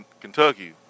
Kentucky